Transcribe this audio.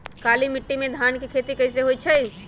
काली माटी में धान के खेती कईसे होइ छइ?